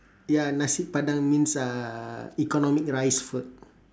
ya nasi padang means uhh economic rice food